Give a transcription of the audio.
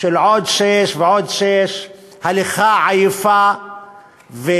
של עוד שש ועוד שש, הליכה עייפה וזוחלת